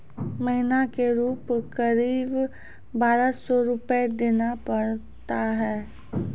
महीना के रूप क़रीब बारह सौ रु देना पड़ता है?